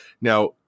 Now